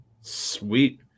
Sweet